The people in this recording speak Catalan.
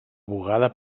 bugada